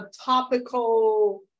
topical